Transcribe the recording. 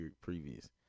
previous